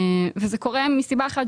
וזה קורה מסיבה אחת,